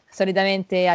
solitamente